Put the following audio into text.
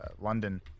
London